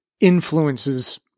influences